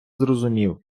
зрозумів